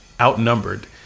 outnumbered